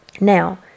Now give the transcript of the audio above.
Now